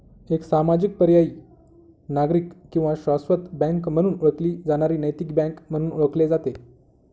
एक सामाजिक पर्यायी नागरिक किंवा शाश्वत बँक म्हणून ओळखली जाणारी नैतिक बँक म्हणून ओळखले जाते